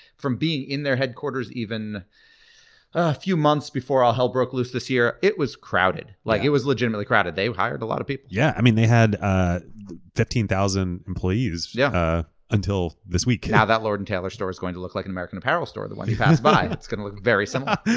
from being in their headquarters even a few months before all hell broke loose this year, it was crowded. like it was legitimately crowded. they hired a lot of people. yeah they had ah fifteen thousand employees yeah until this week. and that lord and taylor store is going to look like an american apparel store. the one you passed by. itaeurs going to look very similar.